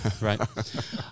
Right